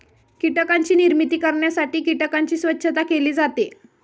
कीटकांची निर्मिती करण्यासाठी कीटकांची स्वच्छता केली जाते